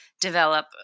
develop